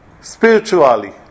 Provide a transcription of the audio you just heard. spiritually